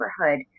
neighborhood